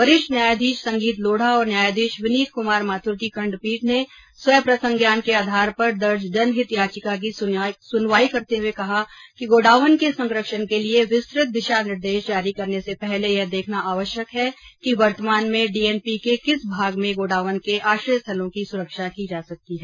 वरिष्ठ न्यायाधीश संगीत लोढा और न्यायाधीश विनित कुमार माथुर की खंडपीठ ने स्वप्रसंज्ञान के आधार पर दर्ज जनहित याचिका की सुनवाई करते हुए कहा कि गोडावण के संरक्षण के लिए विस्तृत दिशा निर्देश जारी करने से पहले यह देखना आवश्यक है कि वर्तमान में डीएनपी के किस भाग में गोडावण के आश्रय स्थलों की सुरक्षा की जा सकती है